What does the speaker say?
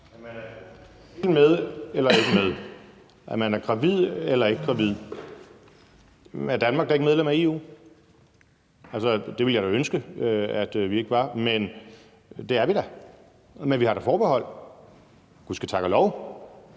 er man med eller ikke med? Er man gravid eller ikke gravid? Er Danmark da ikke medlem af EU? Altså, det ville jeg da ønske vi ikke var, men det er vi da, men vi har da forbehold, gud ske tak og lov